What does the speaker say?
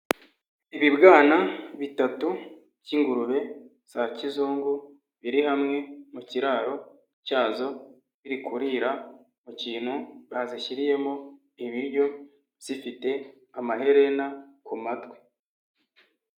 Ibibwana bitatu by'ingurube za kizungu, biri hamwe mu kiraro cyazo. Biri kurira mu kintu bazishyiriyemo ibiryo zifite amaherena ku matwi.